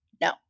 No